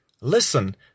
Listen